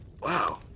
Wow